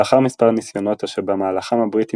לאחר מספר ניסיונות אשר במהלכם הבריטים